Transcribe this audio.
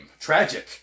Tragic